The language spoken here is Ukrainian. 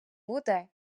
буде